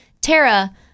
Tara